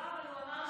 לא, אבל הוא אמר,